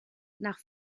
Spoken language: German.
nach